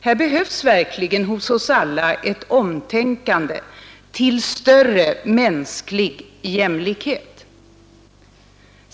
Här behövs verkligen hos oss alla ett omtänkande till större mänsklig jämlikhet.